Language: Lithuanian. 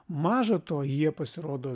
maža to jie pasirodo